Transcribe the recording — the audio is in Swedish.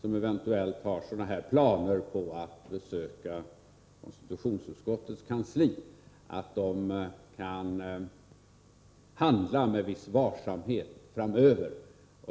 som eventuellt har planer på att besöka konstitutionsutskottets kansli, iakttar viss varsamhet framöver.